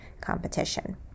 competition